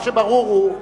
מה שברור הוא,